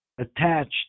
attached